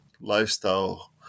lifestyle